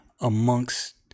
amongst